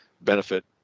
benefit